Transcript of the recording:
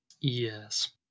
Yes